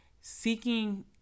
seeking